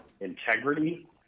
integrity